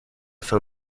fin